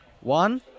One